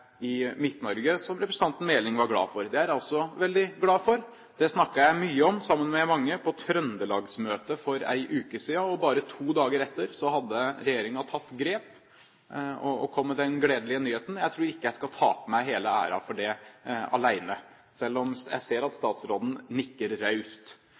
i Midt-Norge, som representanten Meling var glad for. Det er jeg også veldig glad for. Det snakket jeg mye om sammen med mange på Trøndelag-møtet for en uke siden, og bare to dager etter hadde regjeringen tatt grep og kom med den gledelige nyheten. Jeg tror ikke jeg skal ta på meg hele æren for det alene, selv om jeg ser at statsråden nikker raust.